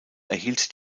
erhielt